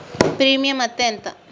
Premium అత్తే ఎంత?